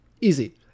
Easy